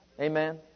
Amen